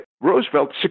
Roosevelt